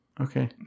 Okay